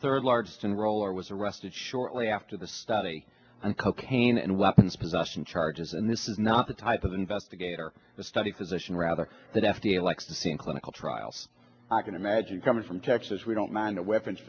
third largest and roller was arrested shortly after the study on cocaine and weapons possession charges and this is not the type of investigator the study physician rather that f d a likes to see in clinical trials i can imagine coming from texas we don't mind a weapons